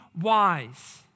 wise